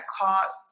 caught